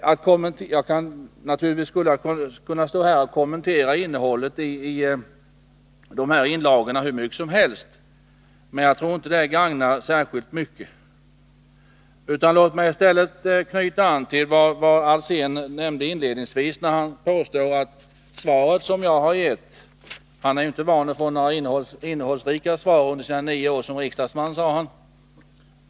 Jag skulle naturligtvis kunna kommentera innehållet i dessa inlagor hur mycket som helst, men jag tror inte att det gagnar särskilt mycket. Låt mig i stället knyta an till vad Hans Alsén sade inledningsvis. Han hade inte blivit van vid att få några innehållsrika svar under sina nio år som riksdagsman, sade han.